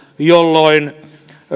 jolloin